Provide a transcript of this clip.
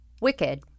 Wicked